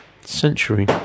century